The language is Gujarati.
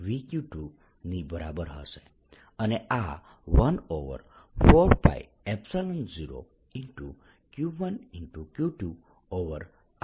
Q2 ની બરાબર હશે અને આ 14π0Q1Q2r12 ની બરાબર છે